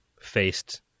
faced